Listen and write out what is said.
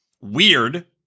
Weird